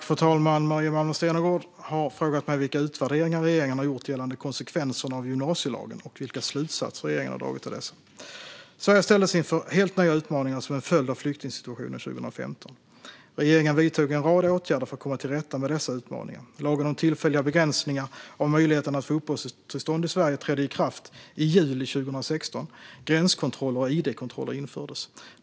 Fru talman! Maria Malmer Stenergard har frågat mig vilka utvärderingar regeringen har gjort gällande konsekvenserna av gymnasielagen och vilka slutsatser regeringen har dragit av dessa. Sverige ställdes inför helt nya utmaningar som en följd av flyktingsituationen 2015. Regeringen vidtog en rad åtgärder för att komma till rätta med dessa utmaningar. Lagen om tillfälliga begränsningar av möjligheten att få uppehållstillstånd i Sverige trädde i kraft i juli 2016, och gränskontroller och id-kontroller infördes.